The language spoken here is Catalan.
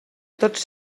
tots